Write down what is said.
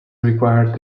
required